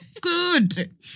Good